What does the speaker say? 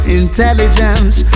intelligence